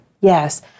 Yes